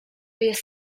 jest